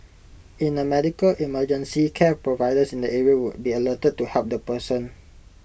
in A medical emergency care providers in the area would be alerted to help the person